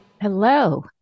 Hello